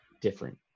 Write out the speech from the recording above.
different